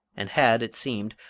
and had, it seemed,